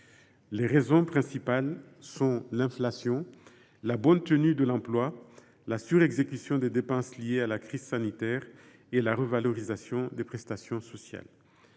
Les raisons principales sont l’inflation, la bonne tenue de l’emploi, la surexécution des dépenses liées à la crise sanitaire et la revalorisation des prestations sociales.